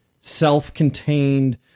self-contained